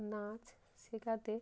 নাচ শেখাতে